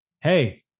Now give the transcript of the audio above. hey